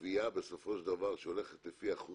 שהגבייה הולכת בסופו של דבר לפי אחוזים.